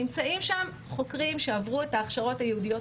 נמצאים שם חוקרים שעברו את ההכשרות הייעודיות